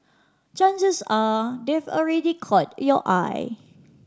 chances are they've already caught your eye